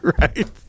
Right